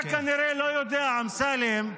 אתה כנראה לא יודע, אמסלם,